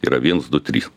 yra viens du trys